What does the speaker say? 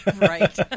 Right